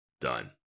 done